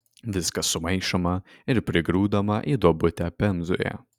viskas sumaišoma ir prigrūdama į duobutę pemzoje